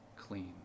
clean